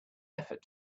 effort